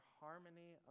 harmony